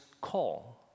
call